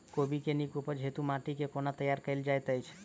कोबी केँ नीक उपज हेतु माटि केँ कोना तैयार कएल जाइत अछि?